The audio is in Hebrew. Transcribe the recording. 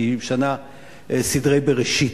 כי היא משנה סדרי בראשית,